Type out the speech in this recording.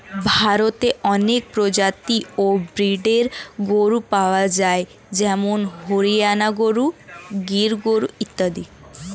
ভারতে অনেক প্রজাতি ও ব্রীডের গরু পাওয়া যায় যেমন হরিয়ানা গরু, গির গরু ইত্যাদি